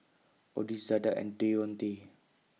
Odis Zada and Deontae